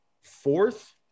fourth